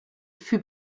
fut